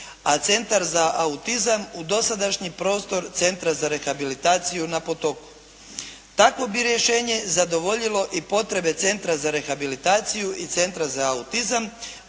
a Centar za autizam u dosadašnji prostor Centra za rehabilitaciju na Potoku. Takvo bi rješenje zadovoljilo i potrebe Centra za rehabilitaciju i Centra za autizam,